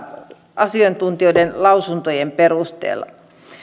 asiantuntijoiden lausuntojen perusteella